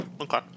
Okay